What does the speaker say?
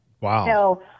Wow